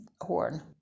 horn